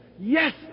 yes